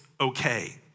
okay